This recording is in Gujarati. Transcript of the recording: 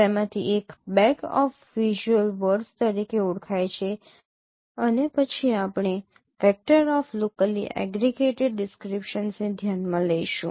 તેમાંથી એક બેગ ઓફ વિઝ્યુઅલ વર્ડસ તરીકે ઓળખાય છે અને પછી આપણે vector of locally aggregated descriptions ને ધ્યાન માં લઈશું